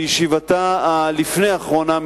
בישיבתה שלפני האחרונה,